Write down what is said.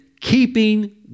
keeping